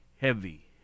heavy